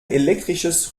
elektrisches